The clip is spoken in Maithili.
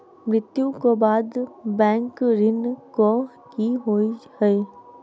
मृत्यु कऽ बाद बैंक ऋण कऽ की होइ है?